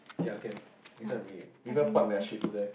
ya can listen to me people part their ships there